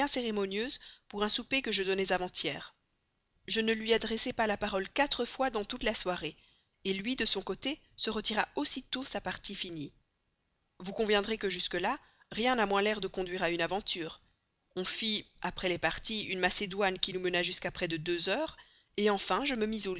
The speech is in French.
cérémonieuse pour un souper que je donnais avant-hier certainement je ne lui adressai pas la parole quatre fois dans toute la soirée lui de son côté se retira aussitôt sa partie finie vous conviendrez que jusque-là rien n'a moins l'air de conduire à une aventure on fit après les parties une macédoine qui nous mena jusqu'à près de deux heures enfin je me mis